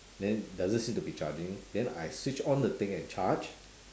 then doesn't seem to be charging then I switch on the thing and charge